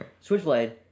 Switchblade